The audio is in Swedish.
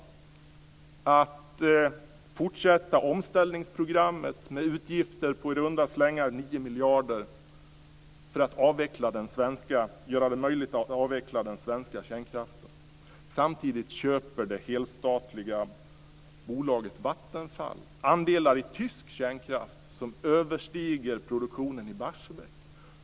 Man fortsätter alltså omställningsprogrammet med utgifter på i runda slängar 9 miljarder för att göra det möjligt att avveckla den svenska kärnkraften. Samtidigt köper det helstatliga bolaget Vattenfall andelar i tysk kärnkraft som överstiger produktionen i Barsebäck.